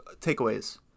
takeaways